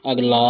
अगला